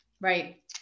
right